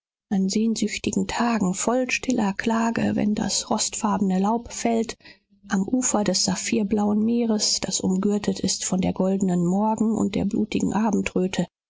an sehnsüchtigen tagen voll stiller klage wenn das rostfarbene laub fällt am ufer des saphirblauen meeres das umgürtet ist von der goldenen morgen und der blutigen abendröte